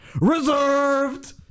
reserved